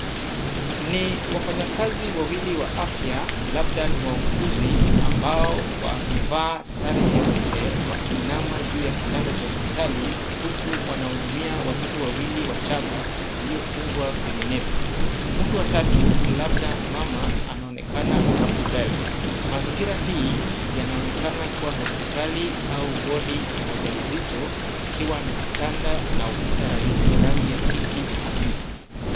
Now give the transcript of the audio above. Ni wafanyikazi wawili wa afya, labda wauguzi ambao wamevaa sare nyeupe wakiinama juu ya kitanda cha hosipitali, huku wanahudumia watoto wawili wachanga waliofungwa kwenye nepi. Mtu wa tatu, labda mama, anaonekana hapo mbele. Mazingira hii yanaonekana kuwa hosipitali au wodi ya wajawazito ikiwa na kitanda na ukuta rahisi wa rangi pinki hafifu.